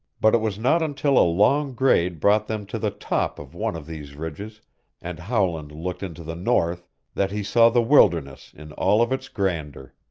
but it was not until a long grade brought them to the top of one of these ridges and howland looked into the north that he saw the wilderness in all of its grandeur.